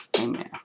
amen